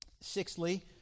Sixthly